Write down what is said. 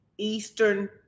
Eastern